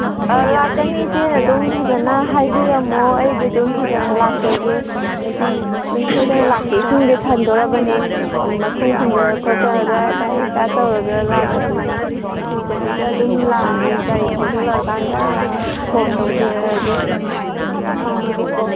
ꯑꯥ ꯂꯥꯛꯀꯅꯤ ꯏꯆꯦꯅ ꯑꯗꯨꯝ ꯐꯖꯅ ꯍꯥꯏꯕꯤꯔꯝꯃꯣ ꯑꯩꯗꯨ ꯑꯗꯨꯝ ꯐꯖꯅ ꯂꯥꯛꯆꯒꯦ ꯍꯥꯏꯗꯤ ꯑꯗꯨꯝ ꯁꯣꯏꯗꯅ ꯂꯥꯛꯀꯦ ꯏꯁꯤꯡꯗꯤ ꯊꯟꯗꯣꯔꯕꯅꯤ ꯃꯈꯨꯝ ꯈꯨꯝꯖꯜꯂ ꯈꯣꯠꯆꯜꯂꯒ ꯒꯥꯔꯤ ꯏꯁꯇꯥꯔꯠ ꯇꯧꯔꯒ ꯂꯥꯛꯀꯗꯣꯏꯅꯤ ꯀꯨꯏꯗꯕꯤꯗ ꯑꯗꯨꯝ ꯂꯥꯛꯑꯅꯤ ꯒꯥꯔꯤ ꯊꯧꯖꯜꯂꯛꯀꯥꯟꯗ ꯐꯣꯟ ꯇꯧꯖꯔꯛꯑꯒꯦ ꯊꯝꯃꯒꯦꯀꯣ